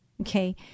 Okay